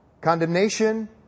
Condemnation